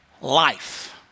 life